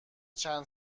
چند